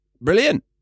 Brilliant